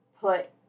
put